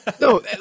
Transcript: No